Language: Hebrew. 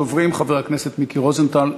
ראשון הדוברים, חבר הכנסת מיקי רוזנטל,